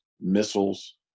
missiles